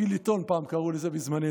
פיליטון פעם קראו לזה, בזמננו,